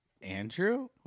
Andrew